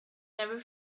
never